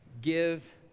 give